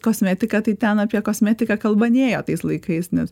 kosmetika tai ten apie kosmetiką kalba nėjo tais laikais nes